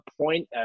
point